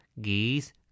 geese